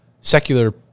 secular